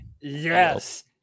Yes